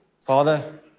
Father